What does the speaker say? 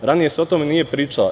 Ranije se o tome nije pričalo.